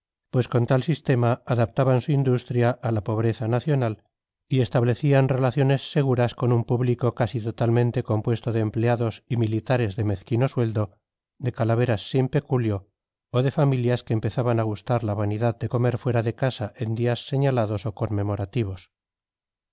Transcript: pues con tal sistema adaptaban su industria a la pobreza nacional y establecían relaciones seguras con un público casi totalmente compuesto de empleados y militares de mezquino sueldo de calaveras sin peculio o de familias que empezaban a gustar la vanidad de comer fuera de casa en días señalados o conmemorativos